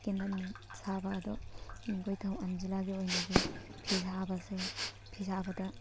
candle ꯁꯥꯕ ꯑꯗꯣ ꯑꯩꯈꯣꯏ ꯊꯧꯕꯥꯜ ꯖꯤꯂꯥꯒꯤ ꯑꯣꯏꯅꯗꯤ ꯐꯤ ꯁꯥꯕꯁꯦ ꯐꯤ ꯁꯥꯕꯗ